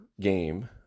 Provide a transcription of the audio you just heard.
game